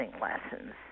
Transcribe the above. lessons